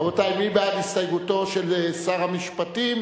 רבותי, מי בעד הסתייגותו של שר המשפטים,